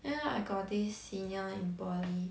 then I got this senior in poly